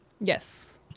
Yes